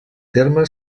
terme